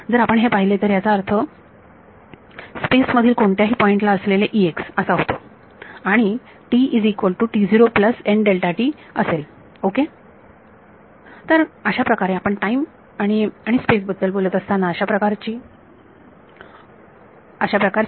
जर आपण हे पाहिले तर ह्याचा अर्थ स्पेस मधील कोणत्याही पॉइंटला असलेले असा होतो आणि असेल ओके